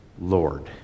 Lord